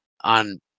on